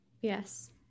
yes